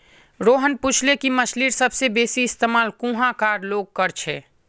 रोहन पूछले कि मछ्लीर सबसे बेसि इस्तमाल कुहाँ कार लोग कर छे